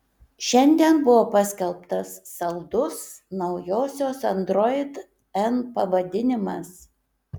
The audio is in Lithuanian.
šiandien buvo paskelbtas saldus naujosios android n pavadinimas